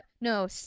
No